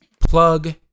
plug